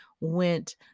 went